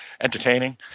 entertaining